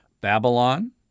Babylon